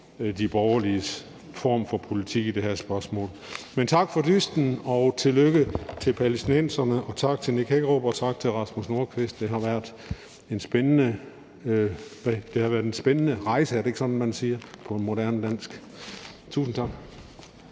de borgerliges form for politik i det her spørgsmål. Men tak for dysten, og tillykke til palæstinenserne, og tak til justitsministeren, og tak til hr. Rasmus Nordqvist. Det har været en spændende rejse – er det ikke sådan, man siger på moderne dansk? Tusind tak.